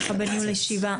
בניהול הישיבה.